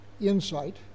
insight